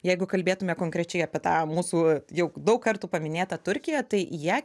jeigu kalbėtume konkrečiai apie tą mūsų jau daug kartų paminėtą turkiją tai į ją